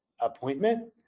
appointment